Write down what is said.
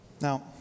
Now